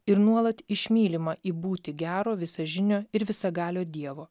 ir nuolat iš mylimą į būti gero visažinio ir visagalio dievo